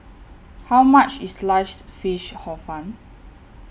How much IS Sliced Fish Hor Fun